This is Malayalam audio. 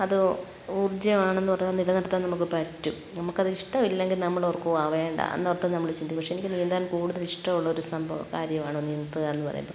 അതോ ഊർജ്ജം ആണെന്നു പറഞ്ഞാൽ നിലനിർത്താൻ നമുക്കു പറ്റും നമുക്കതിഷ്ടമില്ലെങ്കിൽ നമ്മളോർക്കും ആ വേണ്ട എന്നോർത്ത് നമ്മൾ ചിന്തിക്കും പക്ഷെ എനിക്കു നീന്താൻ കൂടുതൽ ഇഷ്ടമുള്ളൊരു സംഭവം കാര്യമാണ് നീന്തുകയെന്നു പറയുന്നത്